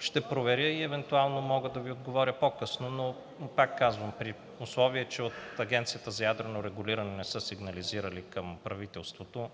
Ще проверя и евентуално мога да Ви отговоря по-късно, но пак казвам, при условие че от Агенцията за ядрено регулиране не са сигнализирали към правителството,